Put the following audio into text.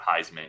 Heisman